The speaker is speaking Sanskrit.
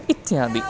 इत्यादि